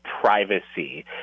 privacy